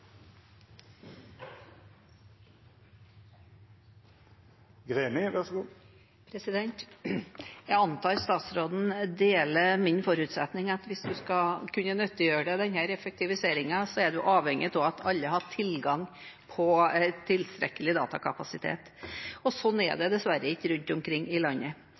Jeg antar at statsråden deler min forutsetning om at hvis man skal kunne nyttiggjøre seg denne effektiviseringen, er man avhengig av at alle har tilgang på tilstrekkelig datakapasitet. Sånn er det dessverre ikke rundt omkring i landet.